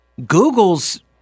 Google's